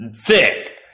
thick